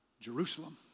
Jerusalem